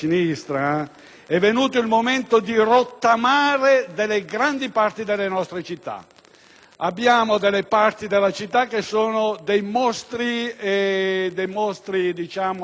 Abbiamo parti della città che sono dei mostri ecologici per il riscaldamento: